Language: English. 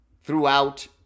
throughout